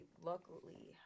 luckily